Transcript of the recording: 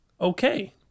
Okay